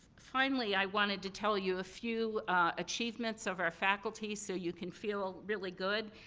finally, i wanted to tell you a few achievements of our faculty, so you can feel really good.